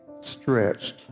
stretched